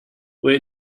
wait